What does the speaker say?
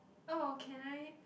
oh can I